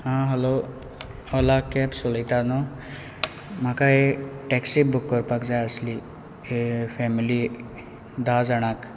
आं hello Ola cabs उलयता न्हू म्हाका हे टॅक्सी बूक करपाक जाय आसली फॅमिली धा जाणाक